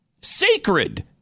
sacred